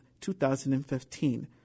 2015